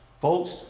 Folks